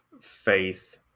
faith